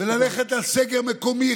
וללכת על סגר מקומי,